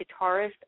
guitarist